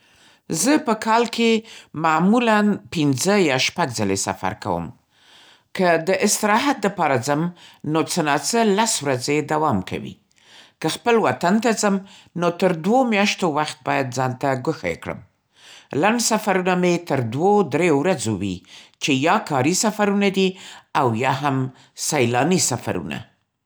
زه معمولاً په کال کې پنځه یا شپږ ځلې سفر کوم. که د استراحت د پاره ځم نو څه نا څه لس ورځې دوام کوي. که خپل وطن ته ځم نو تر دوو میاشتو وخت باید ځان ته ګوښی کړم. لنډ سفرونه مې تر دوو دریو ورځو وي، چې یا کاري سفرونه دي او یا هم سیلاني سفرونه.